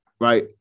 Right